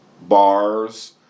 bars